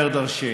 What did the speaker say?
זה אומר דרשני.